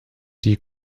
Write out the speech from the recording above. die